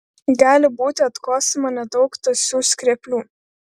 gali būti atkosima nedaug tąsių skreplių